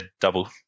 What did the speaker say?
double